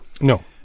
No